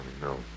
no